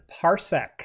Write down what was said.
Parsec